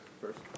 First